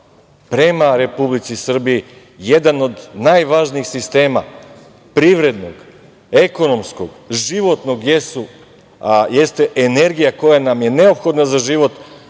prema Republici Srbiji. Jedan od najvažnijih sistema privrednog, ekonomskog, životnog, jeste energija koja nam je neophodna za život,